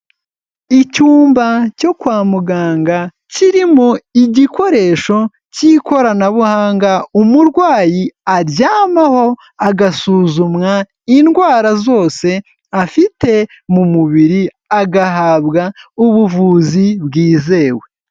Icyumba cyo kwa muganga, kirimo igikoresho cy'ikoranabuhanga umurwayi aryamaho agasuzumwa indwara zose afite mu mubiri agahabwa ubuvuzi bwizewe.